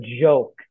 joke